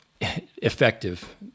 effective